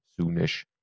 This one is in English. soonish